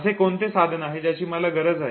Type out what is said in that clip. असे कोणते साधन आहे त्याची मला गरज आहे